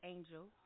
Angel